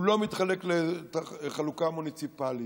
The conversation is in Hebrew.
הוא לא מתחלק חלוקה מוניציפלית,